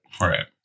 Right